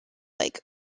like